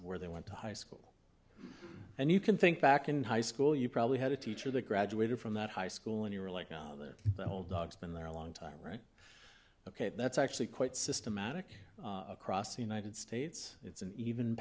of where they went to high school and you can think back in high school you probably had a teacher that graduated from that high school and you were like no the whole dog's been there a long time right ok that's actually quite systematic across the united states it's an even